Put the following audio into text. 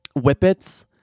Whippets